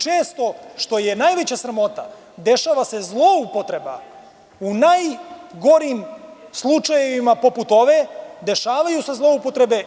Često, što je najveća sramota, dešava se zloupotreba u najgorim slučajevima, poput ovog, dešavaju se zloupotrebe.